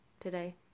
today